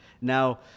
Now